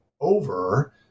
over